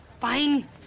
fine